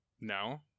No